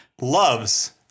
loves